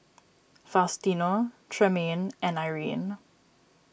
Faustino Tremayne and Irine